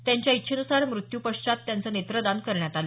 त्यांच्या इच्छेनुसार मृत्यूपश्चात त्यांचं नेत्रदान करण्यात आलं